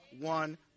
one